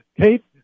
Kate